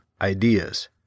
ideas